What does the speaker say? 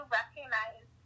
recognize